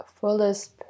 fullest